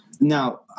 Now